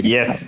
Yes